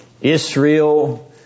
Israel